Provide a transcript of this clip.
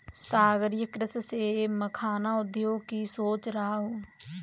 सागरीय कृषि से मखाना उगाने की सोच रहा हूं